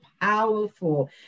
powerful